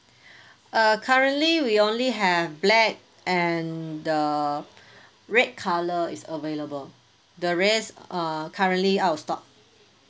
uh currently we only have black and the red colour is available the rest uh currently out of stock